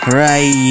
right